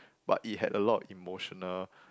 but it had a lot of emotional